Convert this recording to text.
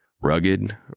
Rugged